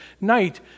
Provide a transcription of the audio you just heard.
night